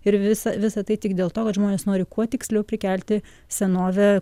ir visa visa tai tik dėl to kad žmonės nori kuo tiksliau prikelti senovę